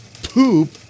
poop